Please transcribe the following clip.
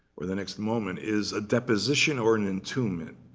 or the next moment, is a deposition or an entombment,